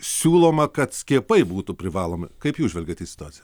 siūloma kad skiepai būtų privalomi kaip jūs žvelgiat į situaciją